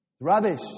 rubbish